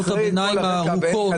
ואני יודעת מה --- חה"כ מקלב --- אם